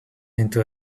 into